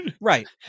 right